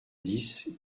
dix